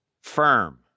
firm